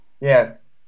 yes